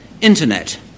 internet